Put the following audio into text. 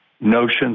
notions